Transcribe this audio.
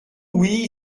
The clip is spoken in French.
oui